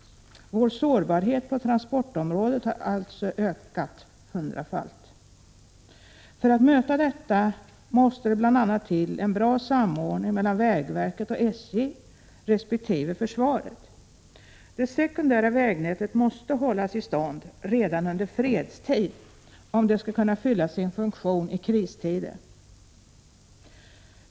Vår sårbarhet på transportområdet har alltså ökat hundrafalt. För att möta detta faktum måste det bl.a. till en bra samordning mellan vägverket och SJ resp. försvaret. Det sekundära vägnätet måste hållas i stånd redan under fredstid om det skall kunna fylla sin funktion i kristider.